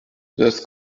das